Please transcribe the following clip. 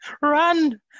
Run